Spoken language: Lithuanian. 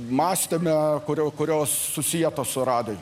mąstyme kurio kurios susietos su radiju